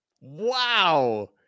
Wow